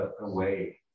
away